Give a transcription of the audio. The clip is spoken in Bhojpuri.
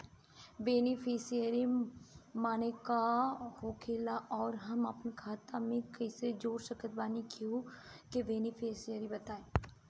बेनीफिसियरी माने का होखेला और हम आपन खाता मे कैसे जोड़ सकत बानी केहु के बेनीफिसियरी?